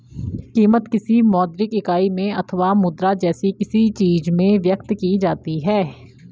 कीमत, किसी मौद्रिक इकाई में अथवा मुद्रा जैसी किसी चीज में व्यक्त की जाती है